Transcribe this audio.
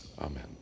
Amen